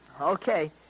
Okay